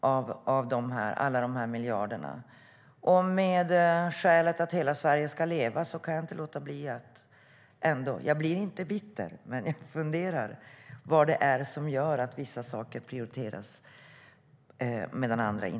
Av skälet att hela Sverige ska leva kan jag inte låta bli att fundera - jag är inte bitter - över vad det är som gör att vissa saker prioriteras och andra inte.